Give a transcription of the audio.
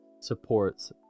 supports